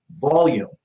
Volume